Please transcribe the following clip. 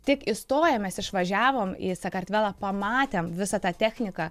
tik įstoję mes išvažiavom į sakartvelą pamatėm visą tą techniką